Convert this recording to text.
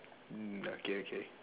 like okay okay